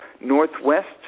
northwest